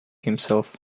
himself